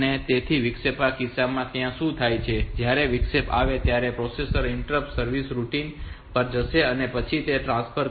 તેથી વિક્ષેપના કિસ્સામાં ત્યાં શું થાય છે કે જ્યારે વિક્ષેપ આવે ત્યારે પ્રોસેસર ઇન્ટરપ્ટ સર્વિસ રૂટીન પર જશે અને પછી તે ટ્રાન્સફર કરશે